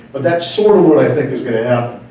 but that's sort of what i think is gonna